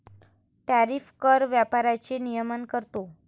tariff कर व्यापाराचे नियमन करतो